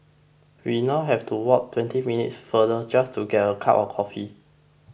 we now have to walk twenty minutes farther just to get a cup of coffee